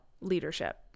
leadership